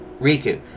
Riku